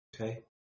Okay